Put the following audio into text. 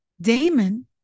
Damon